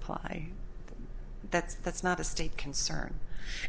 apply that's that's not a state concern